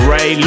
Ray